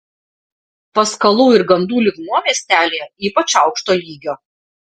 paskalų ir gandų lygmuo miestelyje ypač aukšto lygio